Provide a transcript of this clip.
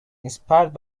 inspired